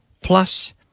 plus